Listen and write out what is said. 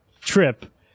trip